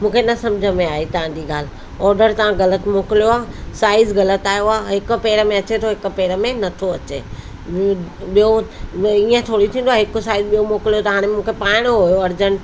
मूंखे न समुझ आई तव्हां जी ॻाल्हि ऑडर तव्हां ग़लति मोकिलियो आहे साईज़ ग़लति आयो आहे हिक पेर में अचे थो हिक में नथो अचे ॿीहो ईअं थोरे ई थींदो आहे हिकु साईज़ ॿियो मोकिलियो त हाणे मूंखे पाइणो हो अर्जंट